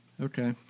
Okay